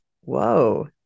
whoa